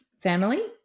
family